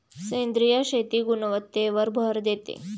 सेंद्रिय शेती गुणवत्तेवर भर देते